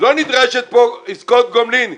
לא נדרשות פה עסקאות גומלין.